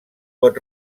pot